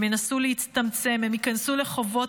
הם ינסו להצטמצם, הם ייכנסו לחובות,